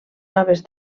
noves